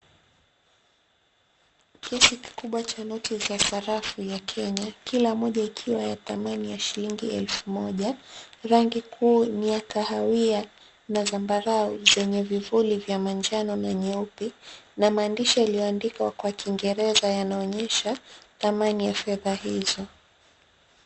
Kiasi kikubwa chs noti za sarafu ya Kenya, kila moja ikiwa ya dhamani yashilingi elfu moja. Rangi kuu ni ya kahawia na zambarau ,zenye vivuli vya manjano na nyeupe na maandishi yaliyo andikwa kwa kingereza yanaonyesha dhamani ya fedha hizo.